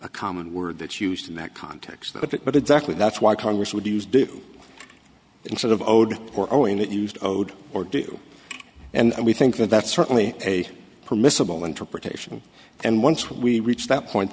a common word that used in that context but exactly that's why congress would use do instead of owed or owing it used or do and we think that that's certainly a permissible interpretation and once we reach that point